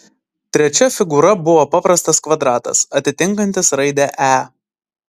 trečia figūra buvo paprastas kvadratas atitinkantis raidę e